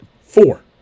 four